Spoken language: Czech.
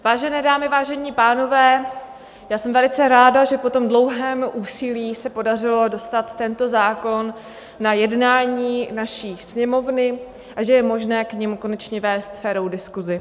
Vážené dámy, vážení pánové, já jsem velice ráda, že po dlouhém úsilí se podařilo dostat tento zákon na jednání naší Sněmovny a že je možné k němu konečně vést férovou diskuzi.